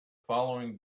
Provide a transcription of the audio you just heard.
following